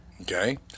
Okay